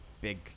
big